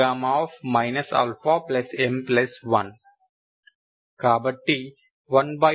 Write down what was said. Γ αm1 కాబట్టి 12325272